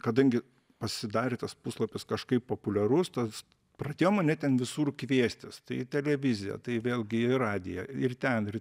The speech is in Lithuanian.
kadangi pasidarė tas puslapis kažkaip populiarus tas pradėjo mane ten visur kviestis tai į televiziją tai vėlgi į radiją ir ten ir